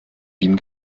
ihm